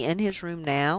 was he in his room now?